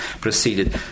proceeded